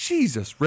Jesus